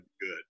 good